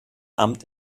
amt